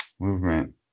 movement